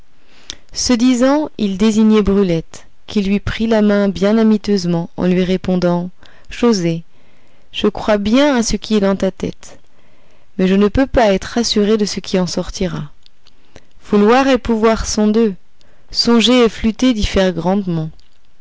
ce disant il désignait brulette qui lui prit la main bien amiteusement en lui répondant joset je crois bien à ce qui est dans ta tête mais je ne peux pas être assurée de ce qui en sortira vouloir et pouvoir sont deux songer et flûter diffèrent grandement